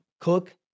cook